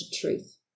truth